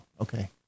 Okay